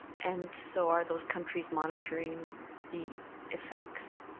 and so are those countries monitoring the effects?